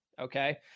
Okay